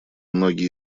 многие